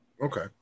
Okay